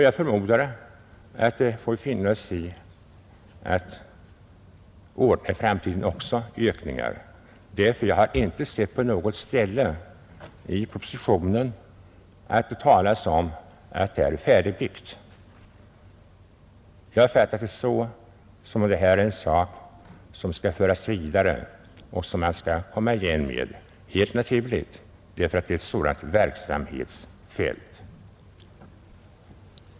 Jag förmodar att det för framtiden också kommer att bli ökningar, eftersom jag inte har sett på något ställe i propositionen att utbyggandet av polisen skall stoppas. Jag har fattat det så, att det här är en sak som skall föras vidare och som man skall komma igen med, och det är helt naturligt när det rör sig om en sådan verksamhet som polisens.